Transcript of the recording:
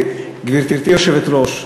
גברתי היושבת-ראש,